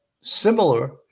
similar